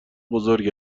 بزرگ